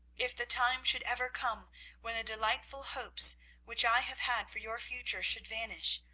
if the time should ever come when the delightful hopes which i have had for your future should vanish,